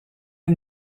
une